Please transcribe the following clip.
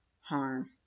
harm